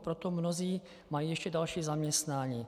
Proto mnozí mají ještě další zaměstnání.